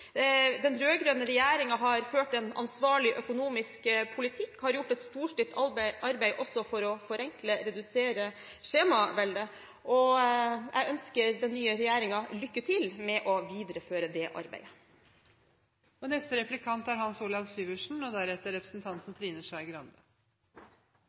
Den rød-grønne regjeringen har ført en ansvarlig økonomisk politikk og har gjort et storstilt arbeid også for å forenkle og redusere skjemaveldet. Jeg ønsker den nye regjeringen lykke til med å videreføre det arbeidet. Representanten Helga Pedersen har jo bidratt til å løfte viktige verdispørsmål inn i denne salen i dag, og